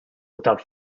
without